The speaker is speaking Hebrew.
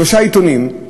שלושה עיתונים,